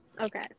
Okay